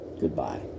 goodbye